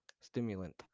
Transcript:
stimulant